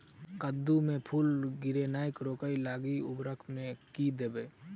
कद्दू मे फूल गिरनाय रोकय लागि उर्वरक मे की देबै?